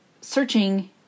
searching